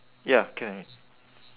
ya can already